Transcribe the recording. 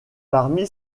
parmi